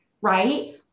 right